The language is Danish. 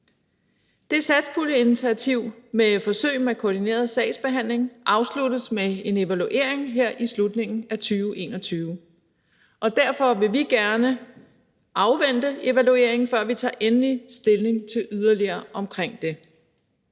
Det satspuljeinitiativ med forsøg med koordineret sagsbehandling afsluttes med en evaluering her i slutningen af 2021. Derfor vil vi gerne afvente evalueringen, før vi tager endelig stilling til yderligere i den